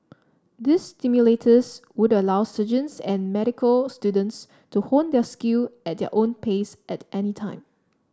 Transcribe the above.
these simulators would allow surgeons and medical students to hone their skill at their own pace at any time